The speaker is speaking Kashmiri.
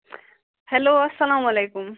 ہٮ۪لو اَسلام علیکُم